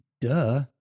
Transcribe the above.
duh